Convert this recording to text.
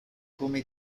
come